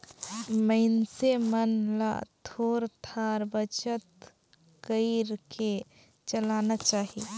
मइनसे मन ल थोर थार बचत कइर के चलना चाही